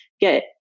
get